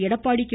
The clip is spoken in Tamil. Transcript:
எடப்பாடி கே